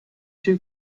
two